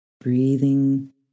breathing